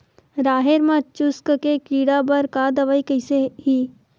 राहेर म चुस्क के कीड़ा बर का दवाई कइसे ही?